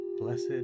Blessed